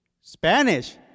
Spanish